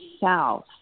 south